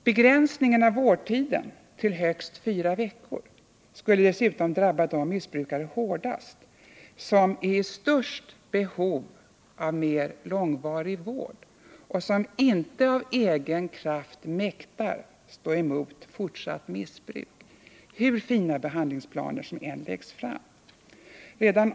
Begränsningen av vårdtiden till högst fyra veckor skulle dessutom drabba de missbrukare hårdast som har största behovet av mer långvarig vård och som inte av egen kraft mäktar stå emot fortsatt missbruk, hur fina behandlingsplaner som än läggs fram.